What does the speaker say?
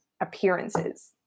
appearances